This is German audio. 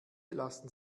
lassen